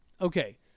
Okay